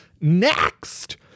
Next